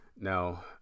now